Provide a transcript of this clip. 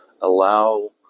allow